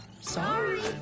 Sorry